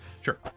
Sure